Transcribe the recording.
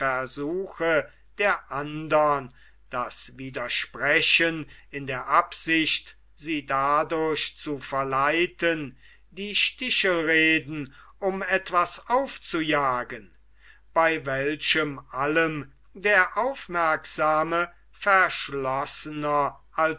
versuche der andern das widersprechen in der absicht sie dadurch zu verleiten die stichelreden um etwas aufzujagen bei welchem allem der aufmerksame verschlossener